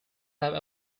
have